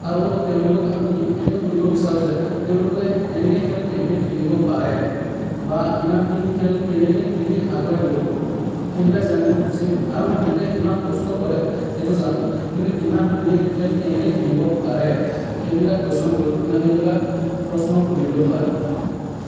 আৰু তেওঁলোকক আমি এইটোৱে সুধিব বিচাৰোঁ যে তেওঁলোকে এনেকৈ খেল কেনেকৈ খেলিব পাৰে বা ইমানখিনি খেল কেনেকৈ খেলি আগুৱাই গ'ল সেইবিলাক জানিব খুজিম আৰু সিহঁতে ইমান কষ্ট কৰে সেইটো জানো কিন্তু ইমান ধুনীয়াকৈ খেল কেনেকৈ খেলিব পাৰে সেইবিলাক কুৱেশ্যন কৰি মানে সেইবিলাক প্ৰশ্ন সুধিলো হয়